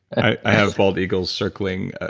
i have bald eagles circling,